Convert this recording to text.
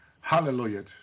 Hallelujah